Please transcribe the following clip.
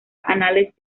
anales